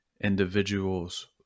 individuals